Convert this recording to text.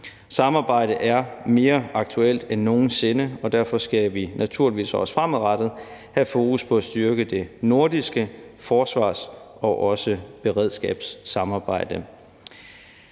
Samarbejde er mere aktuelt end nogen sinde, og derfor skal vi naturligvis også fremadrettet have fokus på at styrke det nordiske forsvars- og beredskabssamarbejde.